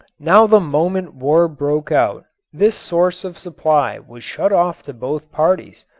now the moment war broke out this source of supply was shut off to both parties,